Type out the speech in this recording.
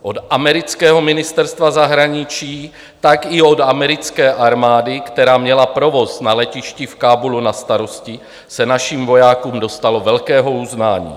Od amerického ministerstva zahraničí, tak i od americké armády, která měla provoz na letišti v Kábulu na starosti, se našim vojákům dostalo velkého uznání.